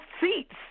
seats